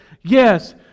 Yes